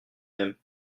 même